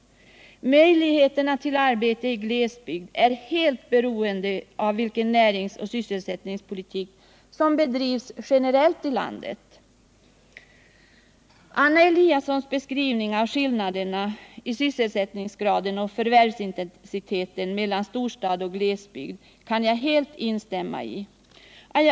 Möjligheterna till arbete i glesbygd är helt beroende av vilken näringsoch sysselsättningspolitik som bedrivs generellt i landet. Anna Eliassons beskrivning av skillnaderna i sysselsättningsgrad och förvärvsintensitet mellan storstad och glesbygd kan jag helt instämma i.